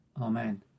Amen